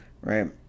Right